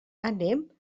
anem